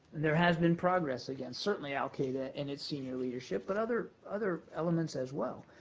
there has been progress against certainly al-qaida and its senior leadership, but other other elements as well.